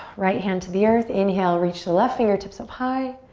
right hand to the earth. inhale, reach the left fingertips up high.